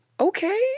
Okay